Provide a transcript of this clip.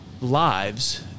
lives